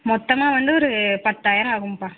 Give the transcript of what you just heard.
மொத்தமாக வந்து ஒரு பத்தாயிரம் ஆகும்ப்பா